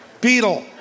beetle